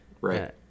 right